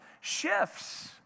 shifts